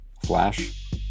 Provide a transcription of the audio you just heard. Flash